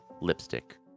lipstick